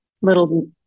little